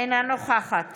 אינה נוכחת